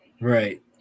Right